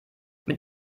mit